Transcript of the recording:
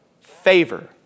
favor